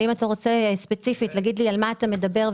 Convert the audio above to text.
אנחנו בקשר עם כל הרשויות המקומיות.